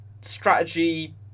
strategy